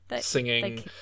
singing